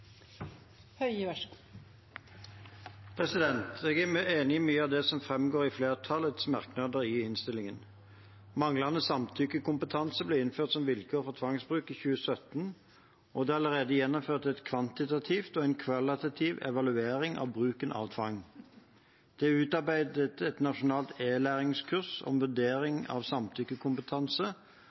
enig i mye av det som framgår av flertallets merknader i innstillingen. Manglende samtykkekompetanse ble innført som vilkår for tvangsbruk i 2017, og det er allerede gjennomført en kvantitativ og en kvalitativ evaluering av bruken av tvang. Det er utarbeidet et nasjonalt e-læringskurs om vurdering av samtykkekompetanse,